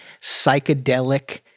psychedelic